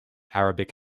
arabic